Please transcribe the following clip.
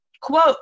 quote